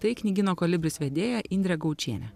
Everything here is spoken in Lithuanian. tai knygyno kolibris vedėja indrė gaučienė